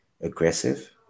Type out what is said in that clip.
aggressive